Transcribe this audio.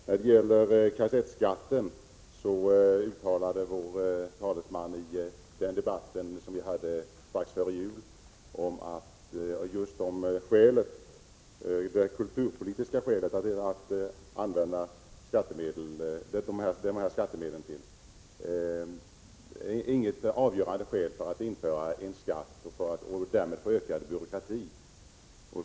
När det gäller kassettskatten uttalade vår talesman i den debatt vi förde strax före jul att kulturpolitiska skäl inte kunde anföras såsom avgörande för att införa en sådan skatt och därmed en ökad byråkrati.